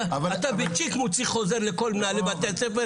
אתה בצ'יק מוציא חוזר לכל מנהלי בתי-הספר